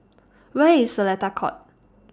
Where IS Seletar Court